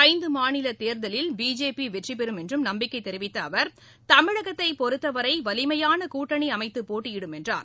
ஐந்து மாநில தேர்தலில் பிஜேபி வெற்றி பெறும் என்று நம்பிக்கை தெரிவித்த அவர் தமிழகத்தை பொறுத்தவரை வலிமையான கூட்டணி அமைத்து போட்டியிடும் என்றார்